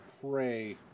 pray –